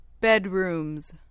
bedrooms